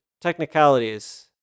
technicalities